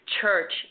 church